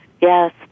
yes